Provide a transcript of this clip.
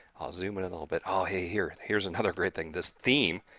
i'll zoom in a little bit oh, hey, here's here's another great thing this theme,